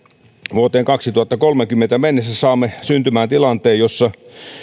vuoteen kaksituhattakolmekymmentä mennessä saamme syntymään tilanteen jossa